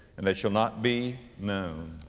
and that shall not be known.